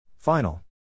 Final